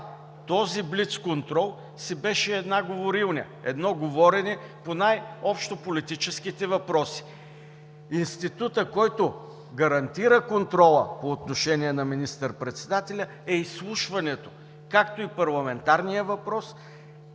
този блицконтрол си беше една говорилня, едно говорене по най-общополитическите въпроси. Институтът, който гарантира контрола по отношение на министър-председателя, е изслушването, както и парламентарният въпрос,